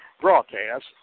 Broadcast